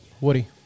Woody